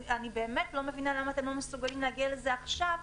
אני באמת לא מבינה למה אתם לא מסוגלים להגיע לזה עכשיו,